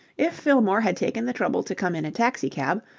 if fillmore had taken the trouble to come in a taxi-cab,